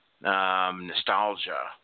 nostalgia